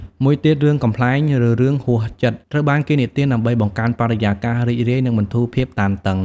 មួយទៀត រឿងកំប្លែង ឬរឿងហួសចិត្ត ត្រូវបានគេនិទានដើម្បីបង្កើនបរិយាកាសរីករាយ និងបន្ធូរភាពតានតឹង។